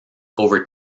over